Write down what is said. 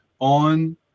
on